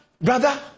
brother